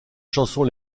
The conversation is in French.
chansons